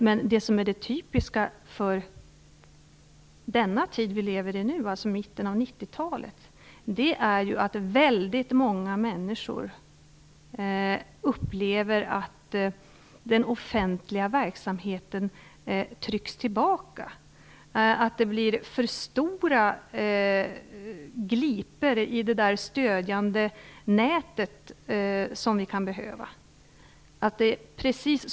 Men det typiska för den tid som vi nu lever i, mitten av 90-talet, är att väldigt många människor upplever att den offentliga verksamheten trycks tillbaka, att det blir för stora glipor i det stödjande nät som vi kan behöva.